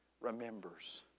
remembers